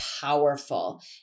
powerful